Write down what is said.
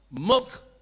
milk